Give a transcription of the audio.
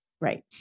Right